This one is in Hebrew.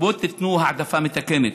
שייתנו העדפה מתקנת,